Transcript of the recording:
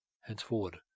Henceforward